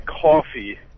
coffee